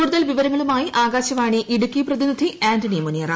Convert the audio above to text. കൂടുതൽ വിവരങ്ങളുമായി ആകാശവാണി ഇടുക്കി പ്രതിനിധി ആന്റണി മുനിയറ